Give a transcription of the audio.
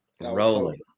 Rolling